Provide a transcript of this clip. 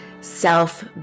self